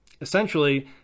Essentially